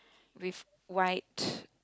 with white